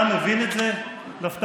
אתה מבין את זה, נפתלי?